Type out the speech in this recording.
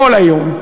כל היום.